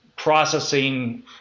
processing